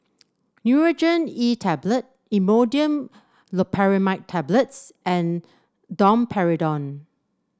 Nurogen E Tablet Imodium Loperamide Tablets and Domperidone